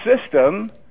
system